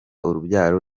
urubyaro